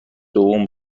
دوم